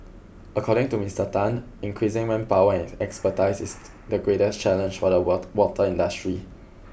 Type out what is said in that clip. according to Mister Tan increasing manpower and expertise is the greatest challenge for the what water industry